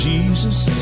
Jesus